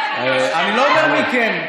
אני לא אומר מי כן.